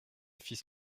fils